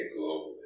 globally